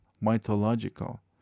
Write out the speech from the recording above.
mythological